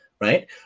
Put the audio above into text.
right